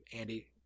Andy